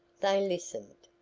they listened.